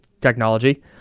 technology